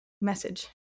message